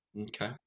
okay